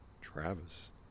Travis